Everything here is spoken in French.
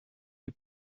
est